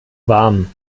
warm